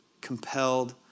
compelled